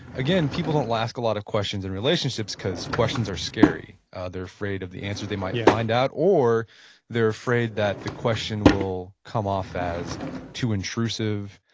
again, people don't ask a lot of questions in relationships because questions are scary. ah they're afraid of the answers they might find out or they're afraid that the question will come off as too intrusive,